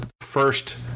first